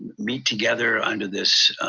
meet together under this